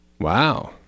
Wow